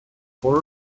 for